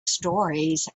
stories